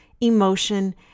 emotion